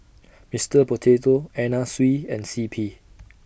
Mister Potato Anna Sui and C P